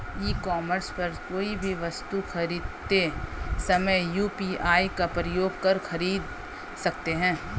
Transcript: ई commerce पर कोई भी वस्तु खरीदते समय यू.पी.आई का प्रयोग कर खरीद सकते हैं